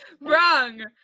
Wrong